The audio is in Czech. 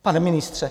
Pane ministře.